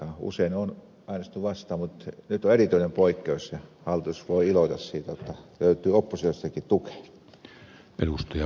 usein olen äänestänyt vastaan mutta nyt on erityinen poikkeus ja hallitus voi iloita siitä jotta löytyy oppositiostakin tukea